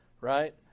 Right